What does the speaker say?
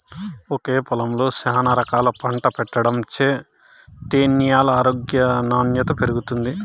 ఒకే పొలంలో శానా రకాలు పంట పెట్టడం చేత్తే న్యాల ఆరోగ్యం నాణ్యత పెరుగుతుంది